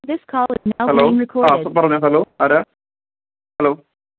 this call is now hello being recorded ആ പറഞ്ഞോ hello ആരാണ് ഹലോ